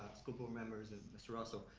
school board members, and mr. russell.